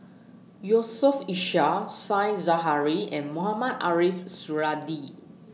Yusof Ishak Said Zahari and Mohamed Ariff Suradi